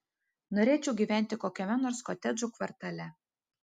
norėčiau gyventi kokiame nors kotedžų kvartale